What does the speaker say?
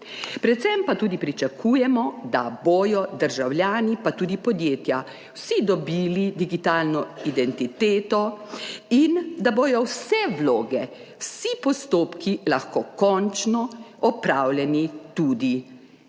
Predvsem pa tudi pričakujemo, da bodo državljani, pa tudi podjetja vsi dobili digitalno identiteto in da bodo vse vloge, vsi postopki lahko končno opravljeni tudi